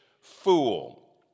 fool